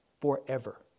forever